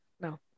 No